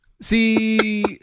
see